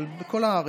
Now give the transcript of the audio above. אבל בכל הארץ.